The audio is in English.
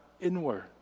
inward